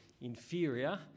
inferior